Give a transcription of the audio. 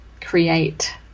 create